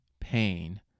pain